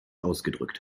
ausgedrückt